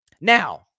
Now